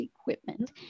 equipment